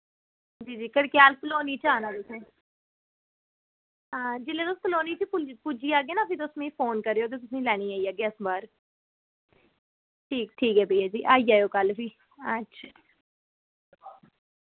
जी जी कड़कयाल कलोनी च औना तुसें ते जेल्लै तुस कलोनी च पुज्जी जाह्गे ना तुस मिगी फोन करेओ ते अस तुसेंगी लैने गी आई जाह्गे बाह्र ठीक ठीक भैया जी आई जायो कल्ल ठीक